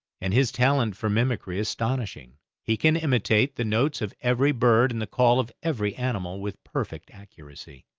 and his talent for mimicry astonishing he can imitate the notes of every bird and the call of every animal with perfect accuracy.